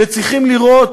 וצריכים לראות